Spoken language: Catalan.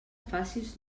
facis